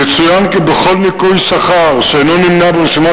יצוין כי כל ניכוי שכר שאינו נמנה ברשימת